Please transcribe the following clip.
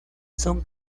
son